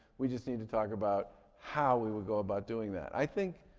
we just need to talk about how we will go about doing that. i think